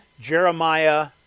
Jeremiah